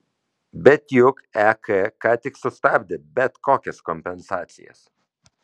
bet juk ek ką tik sustabdė bet kokias kompensacijas